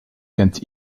kent